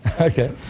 Okay